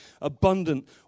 abundant